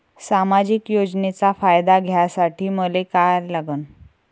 सामाजिक योजनेचा फायदा घ्यासाठी मले काय लागन?